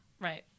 right